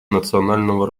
национального